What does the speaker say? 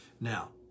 Now